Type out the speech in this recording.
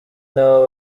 n’abo